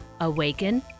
Awaken